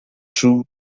through